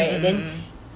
mmhmm